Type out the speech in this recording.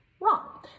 Wrong